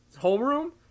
homeroom